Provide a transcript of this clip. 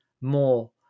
more